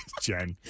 Jen